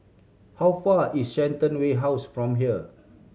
how far is Shenton House from here